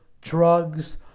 drugs